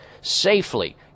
safely